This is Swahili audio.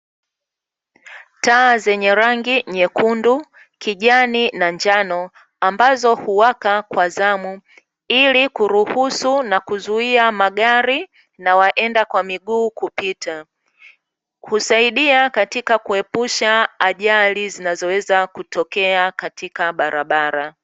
Taa zenye rangi nyekundu, kijani na njano, ambazo huwaka kwa zamu, ili kuruhusu na kuzuia magari, na waenda kwa miguu kupita. Kusaidia katika kuepusha ajali zinazoweza kutokea katika barabara.